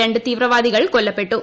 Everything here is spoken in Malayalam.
രണ്ട് തീവ്രവാദ്യിക്ൽ കൊല്ലപ്പെട്ടു